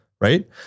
right